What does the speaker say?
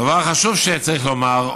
דבר חשוב שצריך לומר,